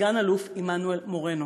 סגן אלוף עמנואל מורנו.